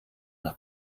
nach